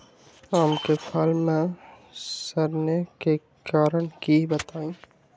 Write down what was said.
आम क फल म सरने कि कारण हई बताई?